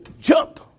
jump